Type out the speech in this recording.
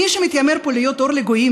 מי שמתיימר פה להיות אור לגויים,